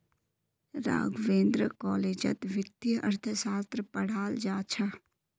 राघवेंद्र कॉलेजत वित्तीय अर्थशास्त्र पढ़ाल जा छ